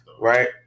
right